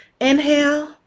inhale